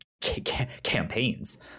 campaigns